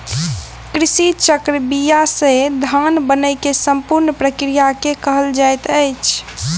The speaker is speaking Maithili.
कृषि चक्र बीया से धान बनै के संपूर्ण प्रक्रिया के कहल जाइत अछि